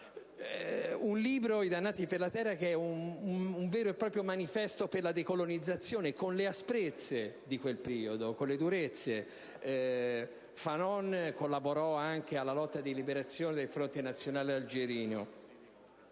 e oscena. «I dannati della terra» è un vero e proprio manifesto per la decolonizzazione, con le asprezze di quel periodo, con le sue durezze: Fanon collaborò anche alla lotta del Fronte di liberazione nazionale algerino.